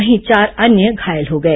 वहीं चार अन्य घायल हो गए